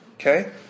okay